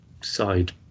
side